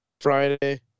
friday